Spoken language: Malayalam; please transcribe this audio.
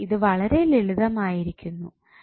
ഇപ്പോൾ ഇത് വളരെ ലളിതമായിരിക്കു ന്നു